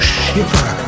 shiver